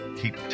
keep